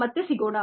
ಮತ್ತೆ ಸಿಗೋಣ